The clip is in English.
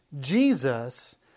Jesus